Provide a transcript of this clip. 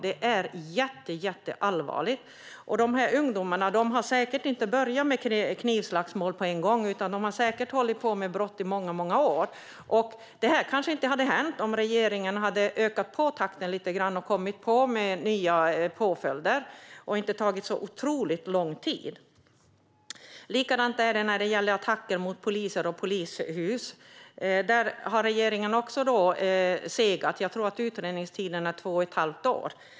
Det är jätteallvarligt. Dessa ungdomar har säkert inte börjat med knivslagsmål på en gång utan har säkert hållit på med brott i många år. Detta hade kanske inte hänt om regeringen hade ökat takten lite och kommit fram med nya påföljder i stället för att ta så otroligt lång tid på sig. Likadant är det när det gäller attacker mot poliser och polishus. Där har regeringen också segat. Jag tror att utredningstiden är två och ett halvt år.